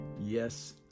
yes